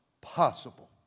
possible